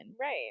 right